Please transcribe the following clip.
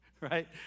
right